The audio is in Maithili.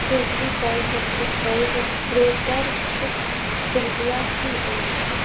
पृथ्वीपर सबसे पैघ क्रेटरके त्रिज्या की अछि